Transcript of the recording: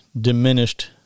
diminished